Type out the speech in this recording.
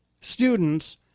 students